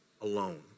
alone